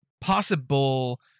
possible